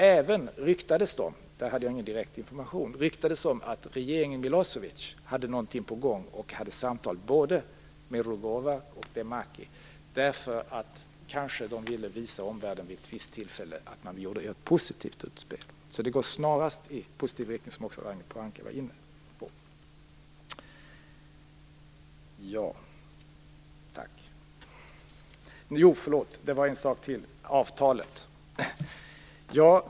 Det ryktades även om att regeringen Milosevic hade någonting på gång och att Milosevic hade samtal med bl.a. Rugova, därför att man vid ett visst tillfälle kanske vill visa omvärlden att man har gjort ett positivt utspel. Så det går snarast i positiv riktning, som också Ragnhild Pohanka var inne på. Det var ytterligare en fråga, nämligen om avtalet.